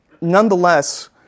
nonetheless